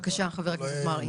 בבקשה, חבר הכנסת מרעי.